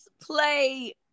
play